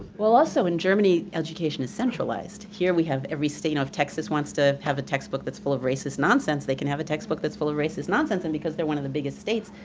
well also in germany education is centralized. here we have every state, if texas wants to have a textbook that's full of racist nonsense, they can have a textbook that's full of racist nonsense. and because they're one of the biggest states,